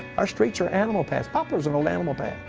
our streets are animal paths. poplar's an old animal path.